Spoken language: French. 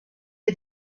est